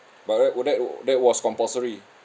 but right that wa~ that was compulsory